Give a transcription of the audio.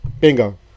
bingo